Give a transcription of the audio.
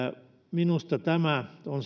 minusta tämä on